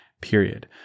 period